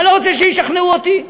ואני לא רוצה שישכנעו אותי.